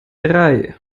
drei